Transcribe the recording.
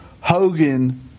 Hogan